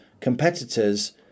competitors